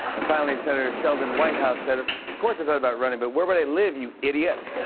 and finally, senator sheldon whitehouse said, of of course i thought about running, but where would i live, you idiot?